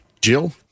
Jill